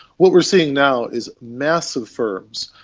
what we are seeing now is massive firms,